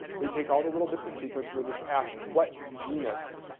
they take all the little bits of sequence and they just ask what genus,